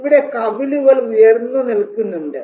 ഇവിടെ കവിളുകൾ ഉയർന്ന് നിൽക്കുന്നുണ്ട്